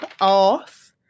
off